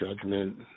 judgment